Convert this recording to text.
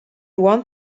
one